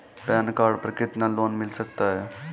Pan card पर कितना loan मिल सकता है?